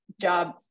job